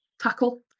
tackle